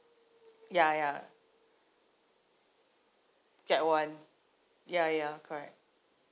ya ya get one ya ya correct